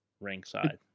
Ringside